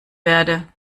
werde